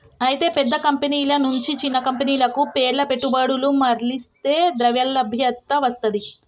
అయితే పెద్ద కంపెనీల నుంచి చిన్న కంపెనీలకు పేర్ల పెట్టుబడులు మర్లిస్తే ద్రవ్యలభ్యత వస్తది